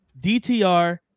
DTR